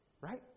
Right